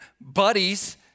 buddies